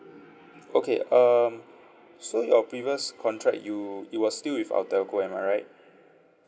okay um so your previous contract you you are still with our telco am I right